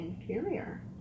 inferior